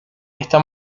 esta